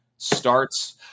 starts